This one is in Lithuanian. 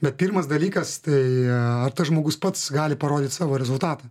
bet pirmas dalykas tai ar tas žmogus pats gali parodyt savo rezultatą